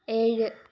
ഏഴ്